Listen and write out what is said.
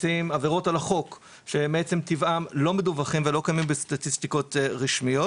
עבירות על החוק שמעצם טבעם לא מדווחים ולא קיימים בסטטיסטיקות רשמיות,